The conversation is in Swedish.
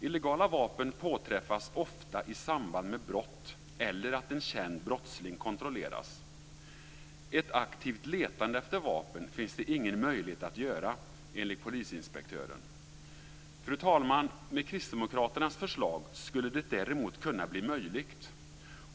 Illegala vapen påträffas ofta i samband med brott eller att en känd brottsling kontrolleras. Ett aktivt letande efter vapen finns det ingen möjlighet att göra, enligt polisinspektören. Fru talman! Med kristdemokraternas förslag skulle detta däremot bli möjligt.